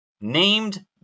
Named